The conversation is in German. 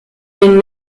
den